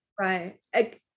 Right